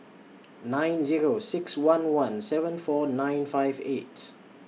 nine Zero six one one seven four nine five eight